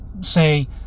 say